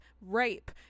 rape